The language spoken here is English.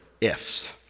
ifs